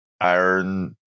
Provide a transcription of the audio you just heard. iron